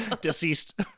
Deceased